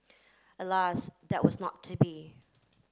alas that was not to be